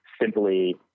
simply